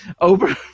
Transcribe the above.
over